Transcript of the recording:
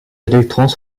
électrons